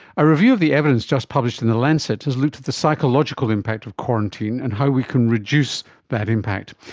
a review of the evidence just published in the lancet has looked at the psychological impact of quarantine and how we can reduce that impact.